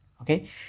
okay